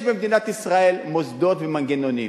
יש במדינת ישראל מוסדות ומנגנונים.